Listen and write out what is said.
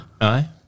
Aye